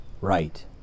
right